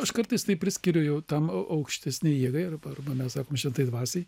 aš kartais tai priskiriu jau tam aukštesnei jėgai ar arba mes sakom šventajai dvasiai